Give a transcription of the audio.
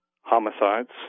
homicides